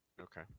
Okay